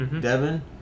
Devin